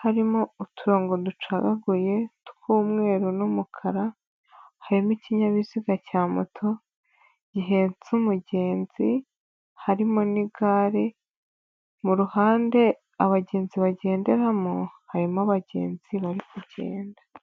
harimo uturongo ducagaguye tw'umweru n'umukara, harimo ikinyabiziga cya moto gihentse umugenzi, harimo n'igare mu ruhande abagenzi bagenderamo harimo abagenzi bari kugenda.